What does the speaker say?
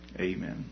Amen